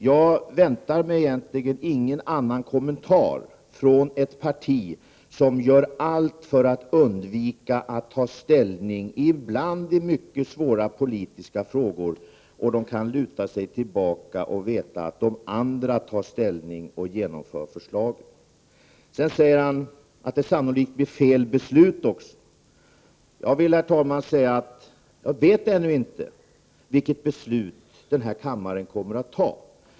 Jag väntar mig egentligen ingen annan kommentar från ett parti som gör allt för att undvika att ta ställning, ibland i mycket svåra politiska frågor, och kan luta sig tillbaka och veta att de andra tar ställning och genomför förslaget. Pär Granstedt säger också att det sannolikt blir fel beslut. Jag vet ännu inte vilket beslut den här kammaren kommer att fatta.